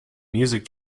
music